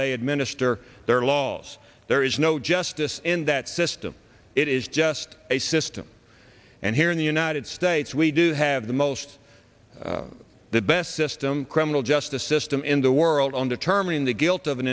they had minutes are there laws there is no justice in that system it is just a system and here in the united states we do have the most the best system criminal justice system in the world on determining the guilt of an